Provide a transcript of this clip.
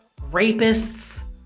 rapists